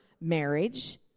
marriage